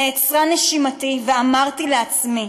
נעצרה נשימתי ואמרתי לעצמי: